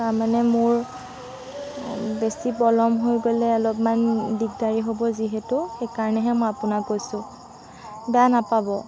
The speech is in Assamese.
তাৰমানে মোৰ বেছি পলম হৈ গ'লে অলপমান দিগদাৰী হ'ব যিহেতু সেইকাৰণেহে মই আপোনাক কৈছোঁ বেয়া নাপাব